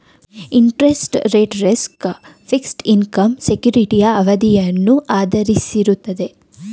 interest rate risk, fixed income ಸೆಕ್ಯೂರಿಟಿಯ ಅವಧಿಯನ್ನು ಆಧರಿಸಿರುತ್ತದೆ